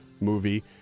movie